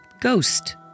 ghost